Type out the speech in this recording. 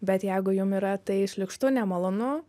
bet jeigu jum yra tai šlykštu nemalonu